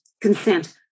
consent